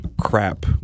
crap